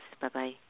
Bye-bye